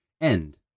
End